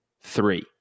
three